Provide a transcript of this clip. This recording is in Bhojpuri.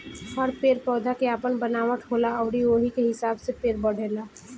हर पेड़ पौधा के आपन बनावट होला अउरी ओही के हिसाब से पेड़ बढ़ेला